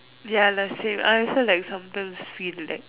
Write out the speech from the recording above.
ya like said I also like sometimes feel like